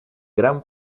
gran